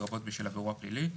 לרבות בשל עברו הפלילי,